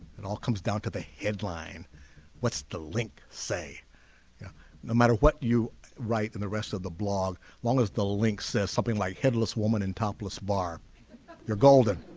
and all comes down to the headline what's the link say yeah no matter what you write in the rest of the blog long as the link says something like headless woman in topless bar you're golden